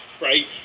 right